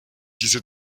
diese